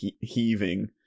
heaving